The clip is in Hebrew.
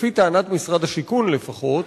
לפי טענת משרד השיכון לפחות,